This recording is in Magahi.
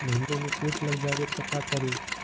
भिन्डी मे किट लग जाबे त का करि?